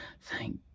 thank